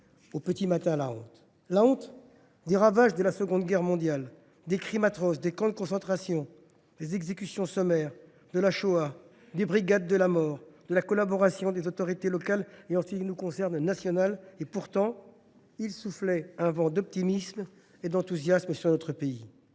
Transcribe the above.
au petit matin, la honte : celle des ravages de la Seconde Guerre mondiale, des crimes atroces, des camps de concentration, des exécutions sommaires, de la Shoah, des brigades de la mort, de la collaboration des autorités locales et, en ce qui nous concerne, nationales. Et pourtant, il soufflait un vent d’optimisme et d’enthousiasme sur le pays.